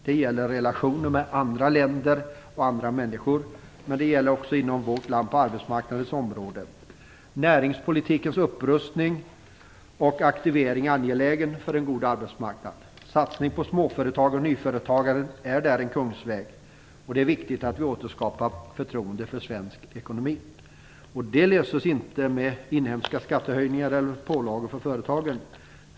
Det gäller relationen med andra länder och andra människor, men det gäller också i vårt land på arbetsmarknadens område. Näringspolitikens upprustning och aktivering är angelägen för en god arbetsmarknad. En satsning på småföretag och nyföretagande är där en kungsväg. Det är viktigt att vi återskapar förtroendet för svensk ekonomi. Det löses inte med inhemska skattehöjningar eller pålagor för företagen.